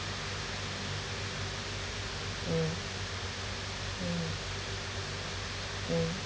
mm mm mm